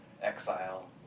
exile